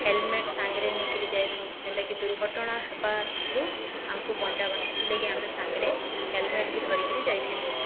helmet ସାଙ୍ଗରେ ନେଇକିରି ଯାଏସୁଁ ଯେନ୍ଟାକି ଦୁର୍ଘଟଣା ହେବାରରୁ ଆମକୁ ବଞ୍ଚାବା ସେଥିରଲାଗି ଆମେ ସାଙ୍ଗରେ ହେଲମେଟ ବି ଧରିକିରି ଯାଇଥିସୁଁ